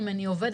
אם אני עובדת,